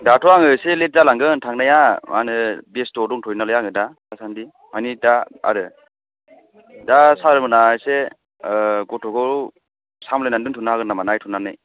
दाथ' आङो एसे लेट जालांगोन थांनाया मा होनो बेस्थ'आव दंथ'यो नालाय आङो दा दासान्दि मानि दा आरो दा सारमोनहा एसे गथ'खौ सामलायनानै दोनथ'नो हागोन नामा नायथ'नानै